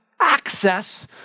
access